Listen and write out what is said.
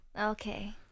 Okay